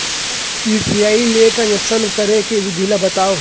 UPI ले transaction करे के विधि ला बतावव?